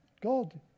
God